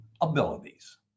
Abilities